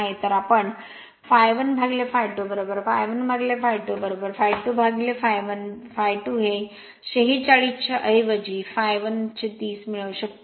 तर आम्ही ∅1 ∅ 2 ∅1 ∅ 2 ∅2 ∅ 1 ∅2 हे 46 आहे च्याऐवजी∅1 30 मिळवू शकतो